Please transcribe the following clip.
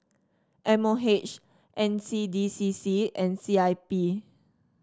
M O H N C D C C and C I P